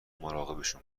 مراقبشون